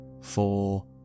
four